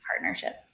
partnership